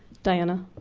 diana?